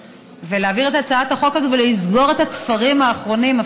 להעביר את הצעת החוק הזאת ולסגור את התפרים האחרונים,